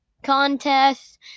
contest